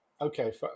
Okay